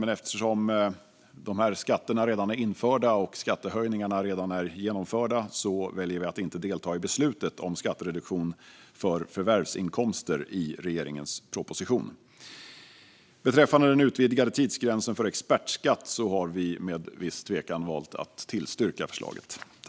Men eftersom skatterna redan är införda och skattehöjningarna redan är genomförda väljer vi att inte delta i beslutet om skattereduktion för förvärvsinkomster i regeringens proposition. Beträffande den utvidgade tidsgränsen för expertskatt har vi med viss tvekan valt att tillstyrka förslaget.